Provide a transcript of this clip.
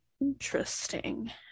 Interesting